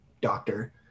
doctor